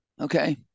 okay